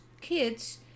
kids